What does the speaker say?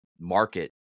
market